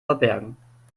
verbergen